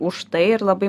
už tai ir labai